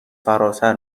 فراتر